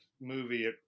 movie